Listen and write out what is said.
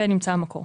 ונמצא המקור.